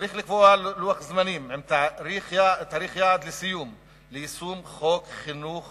6. צריך לקבוע לוח זמנים עם תאריך יעד לסיום יישום חוק חינוך